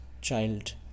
child